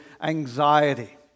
anxiety